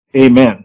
Amen